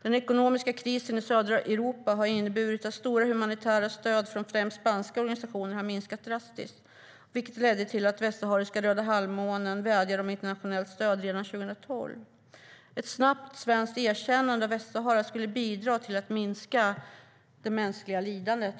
Den ekonomiska krisen i södra Europa har inneburit att stora humanitära stöd från främst spanska organisationer har minskat drastiskt, vilket ledde till att västsahariska Röda Halvmånen vädjade om internationellt stöd redan 2012. Ett snabbt svenskt erkännande av Västsahara skulle bidra till att minska det mänskliga lidandet.